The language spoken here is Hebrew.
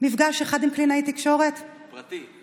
מפגש אחד עם קלינאי תקשורת פרטי?